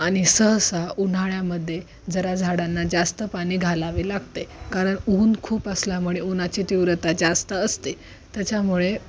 आणि सहसा उन्हाळ्यामध्ये जरा झाडांना जास्त पाणी घालावे लागते कारण ऊन खूप असल्यामुळे उन्हाची तीव्रता जास्त असते त्याच्यामुळे